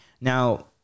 Now